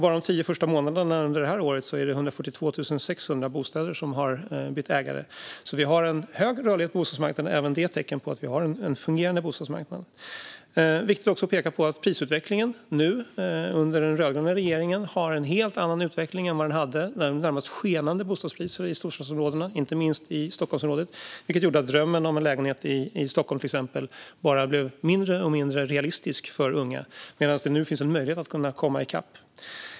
Bara under de första tio månaderna detta år har 142 600 bostäder bytt ägare. Vi har alltså en hög rörlighet på bostadsmarknaden, även detta ett tecken på att vi har en fungerande bostadsmarknad. Det är också viktigt att peka på att prisutvecklingen under den rödgröna regeringen är en helt annan nu än när det var närmast skenande bostadspriser i storstadsområdena, inte minst i Stockholmsområdet, vilket gjorde att drömmen om en lägenhet i till exempel Stockholm bara blev mindre och mindre realistisk för unga. Nu finns det en möjlighet att komma i kapp.